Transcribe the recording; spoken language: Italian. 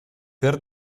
per